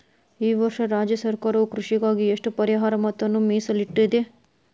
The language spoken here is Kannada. ಈ ವರ್ಷ ರಾಜ್ಯ ಸರ್ಕಾರವು ಕೃಷಿಗಾಗಿ ಎಷ್ಟು ಪರಿಹಾರ ಮೊತ್ತವನ್ನು ಮೇಸಲಿಟ್ಟಿದೆ?